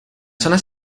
zonas